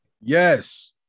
Yes